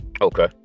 Okay